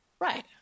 right